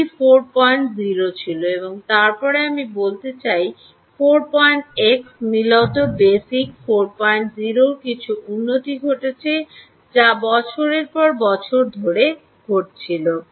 একটি 40 ছিল এবং তারপরে আমি বলতে চাই 4X মূলত বেসিক 40 এর কিছু উন্নতি ঘটেছে যা বছরের পর বছর ধরে ঘটেছিল